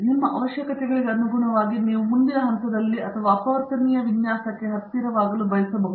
ನಿಮ್ಮ ಅವಶ್ಯಕತೆಗಳಿಗೆ ಅನುಗುಣವಾಗಿ ನೀವು ಮುಂದಿನ ಹಂತದಲ್ಲಿ ಅಥವಾ ಅಪವರ್ತನೀಯ ವಿನ್ಯಾಸಕ್ಕೆ ಹತ್ತಿರವಾಗಲು ಬಯಸಬಹುದು